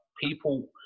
People